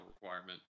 requirement